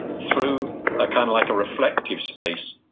through ah kind of like a reflective space.